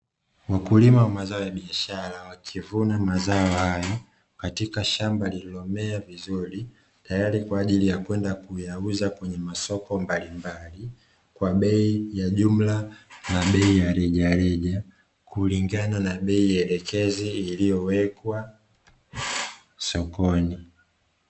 Wakulima wa mazao ya biashara wakivuna mazao haya katika shamba lililommea vizuri tayari, kwa ajili ya kwenda kuyauza kwenye masoko mbalimbali kwa bei ya jumla na kwa bei ya rejareja, kulingana na bei elekezi iliyowekwa sokoni.